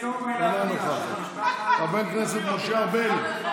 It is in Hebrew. אינה נוכחת, חבר הכנסת משה ארבל,